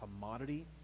commodity